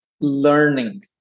learning